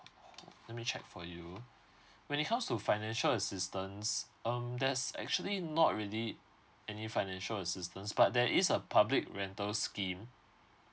let me check for you when it comes to financial assistance um that's actually not really any financial assistance but there is a public rental scheme